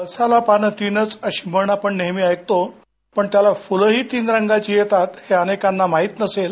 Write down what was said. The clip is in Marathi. पळसाला पानं तीनच अशी म्हण आपण नेहमीच ऐकतो पण त्याला फुलंही तीन रंगाची येतात हे अनेकांना माहीत नसेल